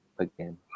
Again